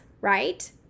right